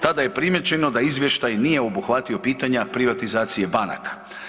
Tada je primijećeno da izvještaj nije obuhvatio pitanja privatizacije banaka.